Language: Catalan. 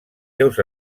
seus